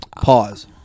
Pause